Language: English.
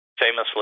famously